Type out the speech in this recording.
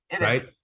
right